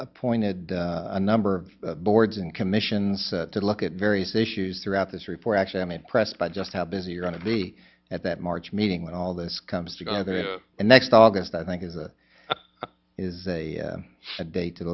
you've pointed a number of boards and commissions to look at various issues throughout this report actually i'm impressed by just how busy you are going to be at that march meeting when all this comes together and next august i think it is a sad day to